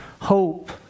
hope